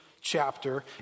chapter